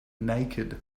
naked